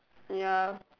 ya